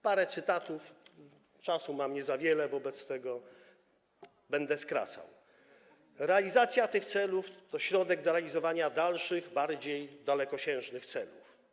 Parę cytatów, czasu mam nie za wiele, wobec tego będę skracał: Realizacja tych celów to środek do realizowania dalszych, bardziej dalekosiężnych celów.